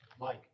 Mike